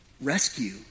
Rescue